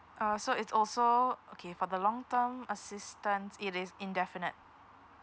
uh so it's also okay for the long term assistance it is indefinite